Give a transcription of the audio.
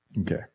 Okay